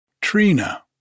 Trina